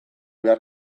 behar